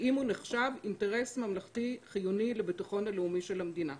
האם הוא נחשב אינטרס ממלכתי חיוני לביטחון הלאומי של המדינה.